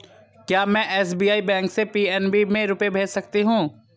क्या में SBI bank से पी.एन.बी में रुपये भेज सकती हूँ?